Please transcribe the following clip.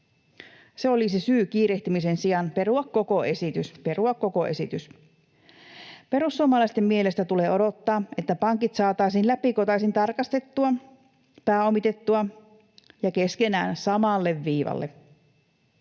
se olisi syy kiirehtimisen sijaan perua koko esitys, perua koko esitys. Perussuomalaisten mielestä tulee odottaa, että pankit saataisiin läpikotaisin tarkastettua, pääomitettua ja keskenään samalle viivalle.